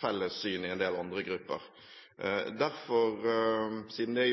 felles syn i en del andre grupper. Derfor, siden det